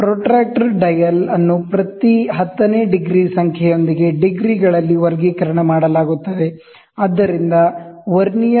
protractor dial ಅನ್ನು ಪ್ರತಿ ಹತ್ತನೇ ಡಿಗ್ರಿ ಸಂಖ್ಯೆಯೊಂದಿಗೆ ಡಿಗ್ರಿಗಳಲ್ಲಿ ವರ್ಗೀಕರಣ ಮಾಡಲಾಗುತ್ತದೆ ಆದ್ದರಿಂದ ವರ್ನಿಯರ್